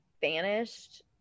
vanished